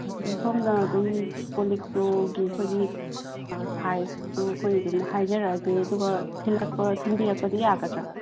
ꯑꯗꯣ ꯁꯣꯝꯅ ꯑꯗꯨꯝ ꯀꯣꯜ ꯂꯤꯛꯇꯨꯒꯤ ꯑꯩꯈꯣꯏꯒꯤ ꯁꯥꯏꯖꯇꯨ ꯑꯩꯈꯣꯏ ꯑꯗꯨꯝ ꯍꯥꯏꯖꯔꯛꯑꯒꯦ ꯑꯗꯨꯒ ꯊꯤꯜꯂꯛꯄ ꯊꯤꯟꯕꯤꯔꯛꯄꯗꯤ ꯌꯥꯒꯗ꯭ꯔꯥ